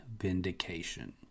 vindication